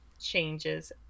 changes